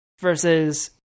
versus